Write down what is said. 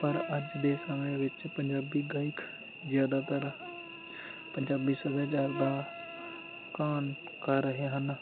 ਪਰ ਅੱਜ ਦੇ ਸਮੇਂ ਵਿੱਚ ਪੰਜਾਬੀ ਗਾਇਕ ਜ਼ਿਆਦਾਤਰ ਪੰਜਾਬੀ ਸੱਭਿਆਚਾਰ ਦਾ ਘਾਣ ਕਰ ਰਹੇ ਹਨ